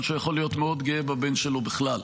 שהוא יכול להיות מאוד גאה בבן שלו בכלל,